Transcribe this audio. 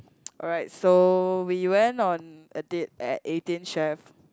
alright so we went on a date at Eighteen-Chef